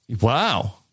Wow